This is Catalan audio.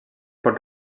pot